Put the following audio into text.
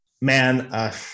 Man